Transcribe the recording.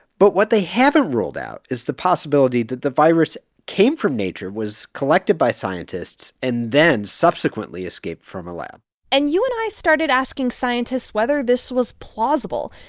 but what they haven't ruled out is the possibility that the virus came from nature, was collected by scientists and then subsequently escaped from a lab and you and i started asking scientists whether this was plausible.